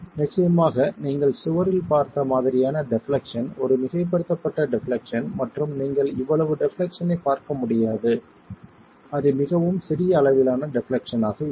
நிச்சயமாக நீங்கள் சுவரில் பார்த்த மாதிரியான டெப்லெக்சன் ஒரு மிகைப்படுத்தப்பட்ட டெப்லெக்சன் மற்றும் நீங்கள் இவ்வளவு டெப்லெக்சன் ஐப் பார்க்க முடியாது அது மிகவும் சிறிய அளவிலான டெப்லெக்சன் ஆக இருக்கும்